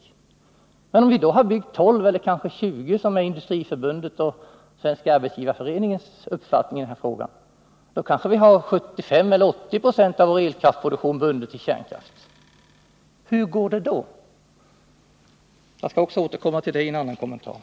Hur går det om vi har byggt 12 eller kanske — vilket är Industriförbundets och Svenska arbetsgivareföreningens uppfattning i den här frågan — 20 kärnkraftverk och har 75 eller 80 96 av vår elkraftsproduktion bundna till kärnkraft? Jag skall återkomma också till det i en annan kommentar.